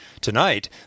Tonight